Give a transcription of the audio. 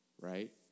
right